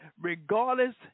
regardless